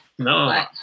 No